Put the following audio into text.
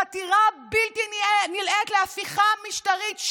חתירה בלתי נלאית להפיכה משטרית.